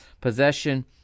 Possession